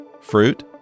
fruit